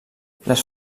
les